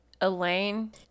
Elaine